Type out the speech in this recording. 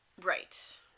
Right